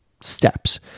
steps